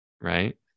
right